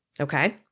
Okay